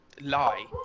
lie